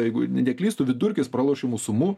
jeigu ne neklystu vidurkis pralošiamų sumų